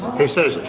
he says,